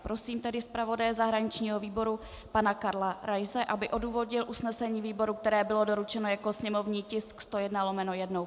Prosím tedy zpravodaje zahraničního výboru pana Karla Raise, aby odůvodnil usnesení výboru, které bylo doručeno jako sněmovní tisk 101/1.